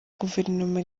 guverinoma